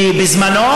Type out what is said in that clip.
כי בזמנו,